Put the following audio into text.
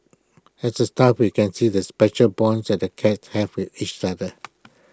as A staff we can see the special bonds that the cats have with each other